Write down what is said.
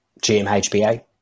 GMHBA